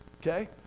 okay